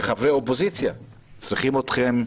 כחברי אופוזיציה, צריכים אתכם,